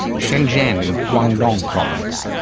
shenzen, in guangdong province,